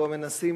שבו מנסים,